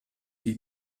die